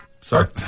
Sorry